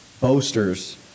boasters